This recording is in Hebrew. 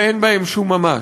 ואין בהם שום ממש.